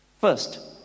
first